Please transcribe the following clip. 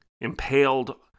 impaled